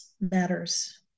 matters